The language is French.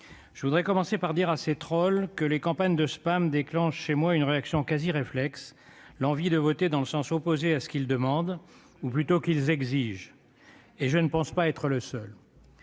Je voudrais commencer par dire à ces trolls que les campagnes de spams déclenchent chez moi une réaction quasi-réflexe : l'envie de voter dans le sens opposé à ce qu'ils demandent, ou plutôt exigent. Je ne pense pas être le seul